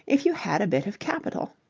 if you had a bit of capital?